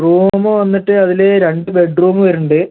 room വന്നിട്ട് അതിൽ രണ്ട് ബെഡ്റൂം വരുന്നുണ്ട്